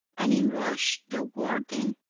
and in rushed the warden,